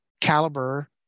caliber